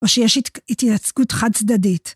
או שיש התייצגות חד-סדדית.